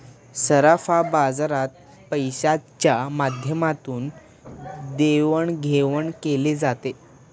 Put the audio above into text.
सराफा बाजारात पैशाच्या माध्यमातून देवाणघेवाण केली जाते